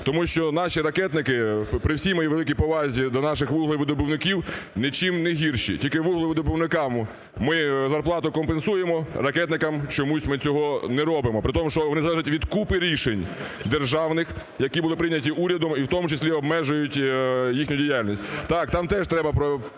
Тому що наші ракетники, при всій моїй великій повазі до наших вуглевидобувників, нічим не гірші, тільки вуглевидобувникам ми зарплату компенсуємо, ракетникам чомусь ми цього не робимо. При тому, що в результаті від купи рішень державних, які були прийняті урядом, і в тому числі обмежують їхню діяльність. Так, там теж треба проводити